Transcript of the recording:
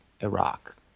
Iraq